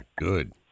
good